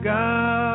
God